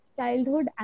childhood